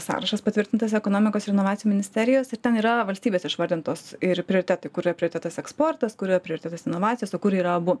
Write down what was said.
sąrašas patvirtintas ekonomikos ir inovacijų ministerijos ir ten yra valstybės išvardintos ir prioritetai kur yra prioritetas eksportas kur yra prioritetas inovacijos o kur yra abu